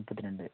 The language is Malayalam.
മുപ്പത്തി രണ്ട്